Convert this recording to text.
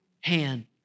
hand